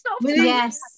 yes